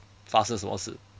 发生什么事